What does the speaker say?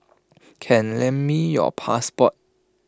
can lend me your passport